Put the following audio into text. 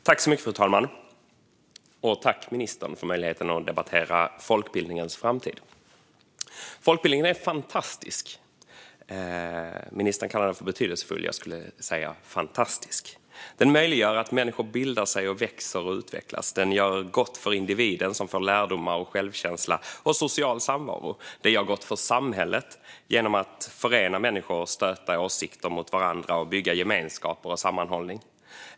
Fru talman! Tack, ministern, för möjligheten att debattera folkbildningens framtid! Folkbildningen är fantastisk. Ministern kallade den betydelsefull, men jag skulle säga att den är fantastisk. Den möjliggör att människor bildar sig, växer och utvecklas. Den gör gott för individen, som får lärdomar, självkänsla och social samvaro. Den gör gott för samhället genom att förena människor, stöta åsikter mot varandra och bygga gemenskaper och sammanhållning.